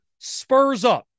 SpursUp